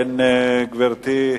אין, גברתי,